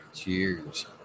Cheers